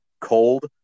cold